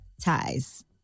ties